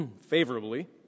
favorably